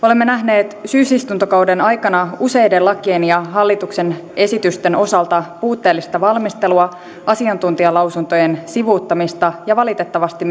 olemme nähneet syysistuntokauden aikana useiden lakien ja hallituksen esitysten osalta puutteellista valmistelua asiantuntijalausuntojen sivuuttamista ja valitettavasti